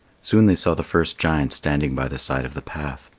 soon they saw the first giant standing by the side of the path.